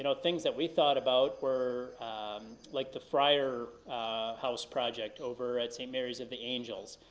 you know things that we thought about were like the friar house project, over at st. mary's of the angels.